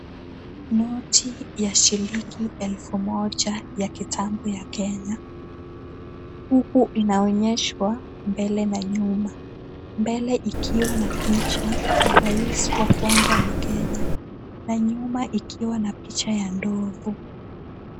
Noti ya shilingi elfu moja ya kitambo ya Kenya, huku inaonyeshwa mbele na nyuma. Mbele ikiwa na picha ya rais wa kwanza wa Kenya, na nyuma ikiwa na picha ya ndovu.